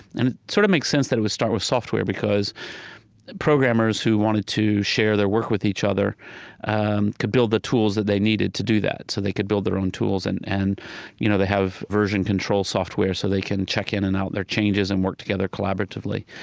and it sort of makes sense that it would start with software, because programmers who wanted to share their work with each other could build the tools that they needed to do that. so they could build their own tools, and and you know they have version control software, so they can check in and out their changes and work together collaboratively.